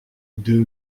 deux